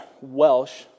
Welsh